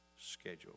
schedule